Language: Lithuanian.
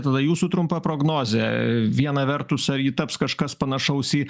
tada jūsų trumpa prognozė viena vertus ar ji taps kažkas panašaus į